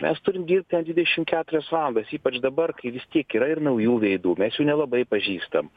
mes turim dirbti net dvidešimt keturias valandas ypač dabar kai vis tiek yra ir naujų veidų mes jų nelabai pažįstam